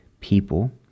people